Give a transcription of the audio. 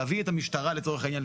להביא את המשטרה לצורך העניין,